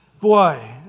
Boy